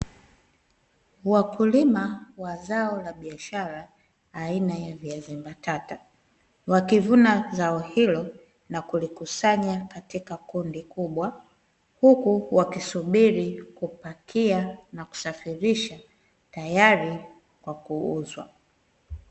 Wakulima wa zao la biashara aina ya viazi mbatata wakivuna zao hilo na kulikusanya katika kundi kubwa huku wakisubiri kupakia na kusafirisha tayari kwa kuuzwa.